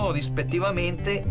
rispettivamente